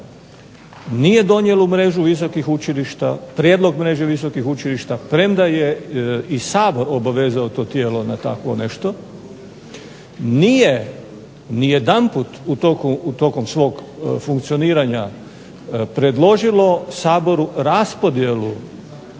Nije donijelo mrežu visokih učilišta, prijedlog mreže visokih učilišta premda je i Sabor obavezao to tijelo na takvo nešto. Nije ni jedanput tokom svog funkcioniranja predložilo Saboru raspodjelu